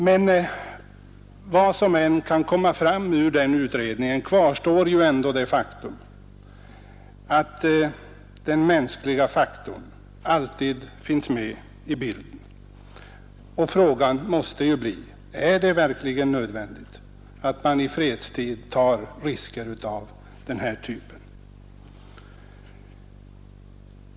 Men vad som än kan komma fram ur den utredningen kvarstår det faktum att den mänskliga faktorn alltid finns med i bilden. Frågan måste då bli: Är det verkligen nödvändigt att man i fredstid tar risker av denna typ?